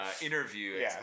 interview